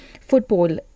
football